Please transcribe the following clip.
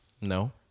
No